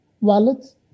wallets